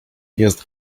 jest